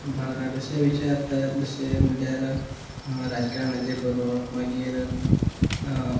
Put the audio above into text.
भारता तशे विचार आसतात जशे म्हळ्ळ्यार राजकारणाचे बरोवप मागीर